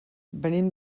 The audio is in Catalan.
venim